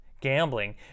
Gambling